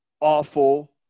awful